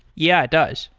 yeah, it does.